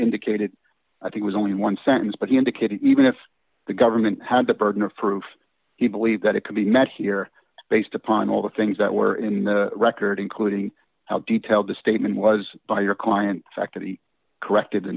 indicated i think was only one sentence but he indicated even if the government had the burden of proof he believed that it could be met here based upon all the things that were in the record including how detailed the statement was by your client fact that he corrected the